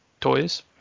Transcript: toys